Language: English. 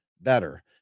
better